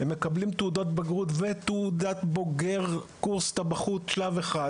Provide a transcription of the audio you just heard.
הם מקבלים תעודת בגרות ותעודת בוגר קורס טבחות שלב 1,